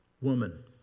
woman